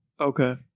Okay